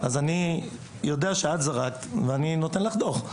אז אני יודע שאת זרקת, ואני נותן לך דוח.